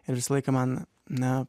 ir visą laiką man na